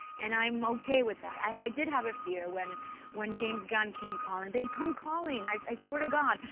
and i'm ok with that. i did have a fear when when james gunn came calling. they come calling! i swear to god.